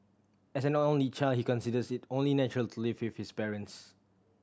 as an only child he considers it only natural to live with his parents